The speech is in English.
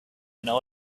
know